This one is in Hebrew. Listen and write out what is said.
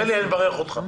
עלי, אני מברך אותך.